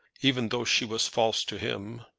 even though she was false to him.